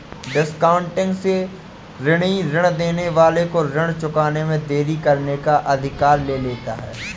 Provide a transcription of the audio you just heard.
discounting से ऋणी ऋण देने वाले को ऋण चुकाने में देरी करने का अधिकार ले लेता है